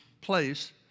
place